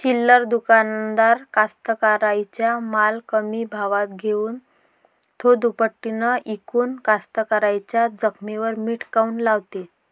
चिल्लर दुकानदार कास्तकाराइच्या माल कमी भावात घेऊन थो दुपटीनं इकून कास्तकाराइच्या जखमेवर मीठ काऊन लावते?